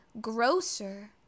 Grocer